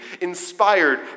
inspired